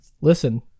Listen